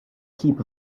heap